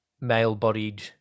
male-bodied